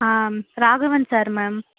ah Raghavan sir ma'am